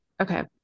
okay